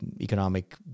economic